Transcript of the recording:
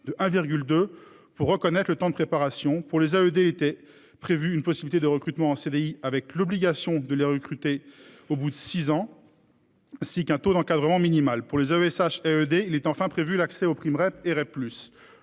de 1,2 pour reconnaître le temps de préparation pour les AE dès l'été prévu une possibilité de recrutement en CDI avec l'obligation de les recruter au bout de six ans. Six qu'un taux d'encadrement minimal pour les AESH. Il est enfin prévu l'accès aux primes Rep et Rep